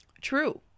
True